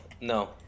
no